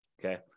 Okay